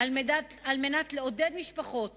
על מנת לעודד משפחות